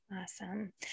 Awesome